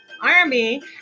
army